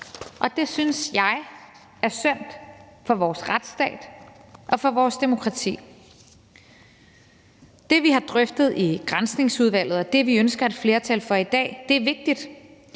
Det synes jeg er synd for vores retsstat og for vores demokrati. Det, vi har drøftet i Granskningsudvalget, og det, vi ønsker et flertal for i dag, er vigtigt.